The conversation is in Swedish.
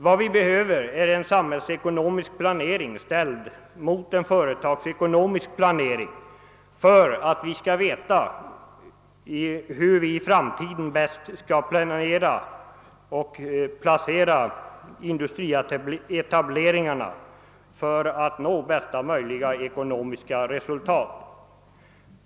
Vad vi behöver är en samhällsekonomisk planering, ställd mot en företagsekonomisk planering, för att vi skall veta hur vi i framtiden bör prioritera och placera industrietableringarna för att nå bästa möjliga ekonomiska resultat.